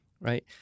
right